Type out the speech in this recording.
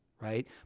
Right